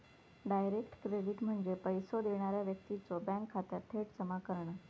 direct credit म्हणजे पैसो देणारा व्यक्तीच्यो बँक खात्यात थेट जमा करणा